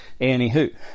anywho